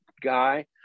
guy